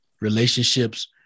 relationships